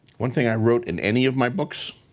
one thing i wrote in any of my books?